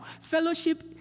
Fellowship